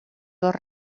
dos